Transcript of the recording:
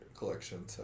collection